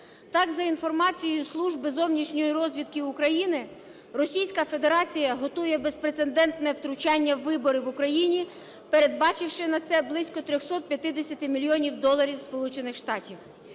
Так, за інформацією Служби зовнішньої розвідки України, Російська Федерація готує безпрецедентне втручання в вибори в Україні, передбачивши на це близько 350 мільйонів доларів